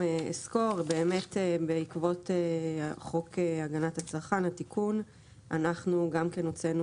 בעקבות תיקון חוק הגנת הצרכן גם אנחנו הוצאנו